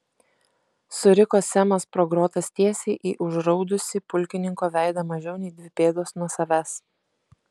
suriko semas pro grotas tiesiai į užraudusį pulkininko veidą mažiau nei dvi pėdos nuo savęs